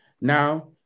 Now